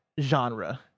genre